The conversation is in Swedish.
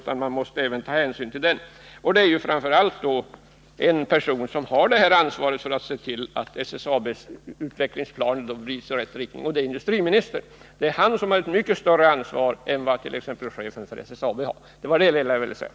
Och det är framför allt en person som har ansvaret för att SSAB:s utveckling går i rätt riktning — industriministern. Han har ett mycket större ansvar än t.ex. SSAB-chefen.